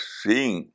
seeing